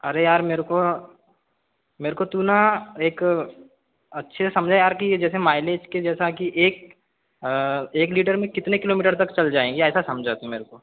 अरे यार मेरे को मेरे को तू ना एक अच्छे से समझ यार कि जैसे माइलेज की जैसा कि एक एक लीटर में कितने किलोमीटर तक चल जाएगी ऐसा समझा तू मेरे को